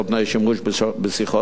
על פני שימוש בשיחות,